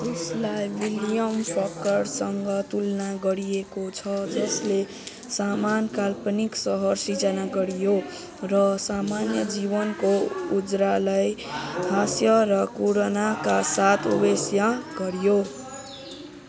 उसलाई विलियम फकरसँग तुलना गरिएको छ जसले सामान काल्पनिक शहर सिर्जना गऱ्यो र सामान्य जीवनको उजरालाई हास्य र कोरोणाका साथ अवेशिया गऱ्यो